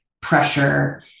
pressure